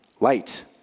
light